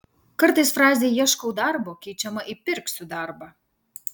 kartais frazė ieškau darbo keičiama į pirksiu darbą